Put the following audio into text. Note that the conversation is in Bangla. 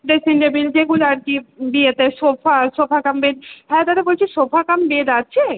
ড্রেসিং টেবিল যেগুলো আর কি বিয়েতে সোফা সোফা কাম বেড হ্যাঁ দাদা বলছি সোফা কাম বেড আছে